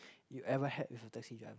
you ever had with a taxi driver